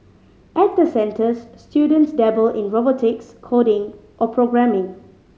at the centres students dabble in robotics coding or programming